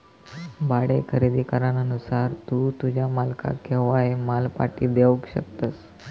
भाडे खरेदी करारानुसार तू तुझ्या मालकाक केव्हाय माल पाटी देवक शकतस